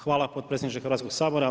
Hvala potpredsjedniče Hrvatskog sabora.